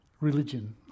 religion